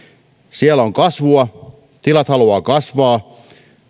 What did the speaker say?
siellä on kasvua tilat haluavat kasvaa